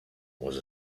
was